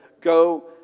Go